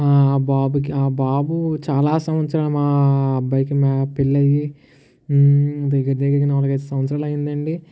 ఆ బాబుకి ఆ బాబు చాలా సంవత్సరాలు మా అబ్బాయికి పెళ్లై దగ్గరదగ్గర నాలుగైదు సంవత్సరాలీ అయ్యింది అండి